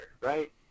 right